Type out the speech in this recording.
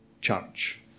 Church